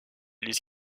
les